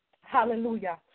Hallelujah